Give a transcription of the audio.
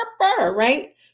right